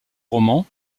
romans